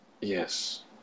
Yes